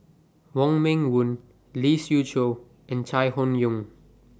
Wong Meng Voon Lee Siew Choh and Chai Hon Yoong